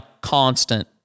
constant